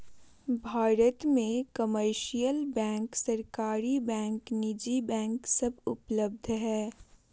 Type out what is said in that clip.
भारत मे commercial bank, सरकारी bank, निजी बैंक सब उपलब्ध हय